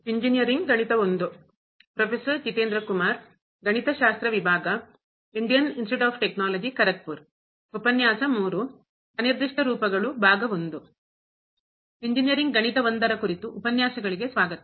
engineering ಗಣಿತ I ರ ಕುರಿತು ಉಪನ್ಯಾಸಗಳಿಗೆ ಸ್ವಾಗತ